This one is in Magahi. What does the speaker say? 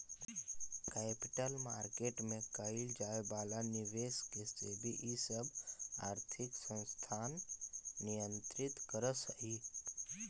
कैपिटल मार्केट में कैइल जाए वाला निवेश के सेबी इ सब आर्थिक संस्थान नियंत्रित करऽ हई